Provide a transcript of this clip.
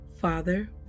Father